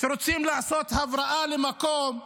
כשרוצים לעשות הבראה למקום,